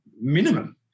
minimum